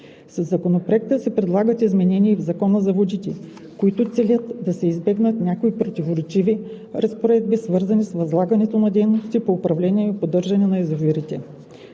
Със Законопроекта се предлагат изменения и в Закона за водите, които целят да се избегнат някои противоречиви разпоредби, свързани с възлагане на дейностите по управление и поддържане на язовири.